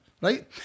right